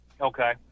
Okay